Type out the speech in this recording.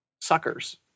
suckers